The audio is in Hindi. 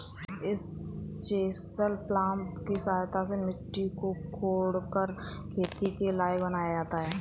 इस चेसल प्लॉफ् की सहायता से मिट्टी को कोड़कर खेती के लायक बनाया जाता है